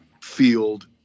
field